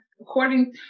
according